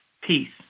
peace